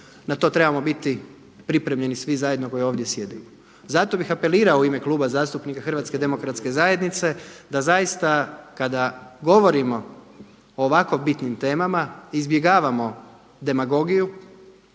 na to trebamo biti pripremljeni svi zajedno koji ovdje sjedimo. Zato bih apelirao u ime Kluba zastupnika Hrvatske demokratske zajednice da zaista kada govorimo o ovako bitnim temama izbjegavamo demagogiju,